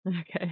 Okay